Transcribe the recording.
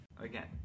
Again